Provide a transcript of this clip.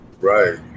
Right